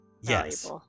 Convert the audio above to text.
yes